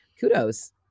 kudos